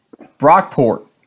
Brockport